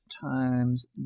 times